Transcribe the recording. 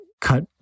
cut